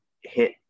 hit